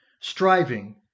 Striving